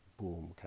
boom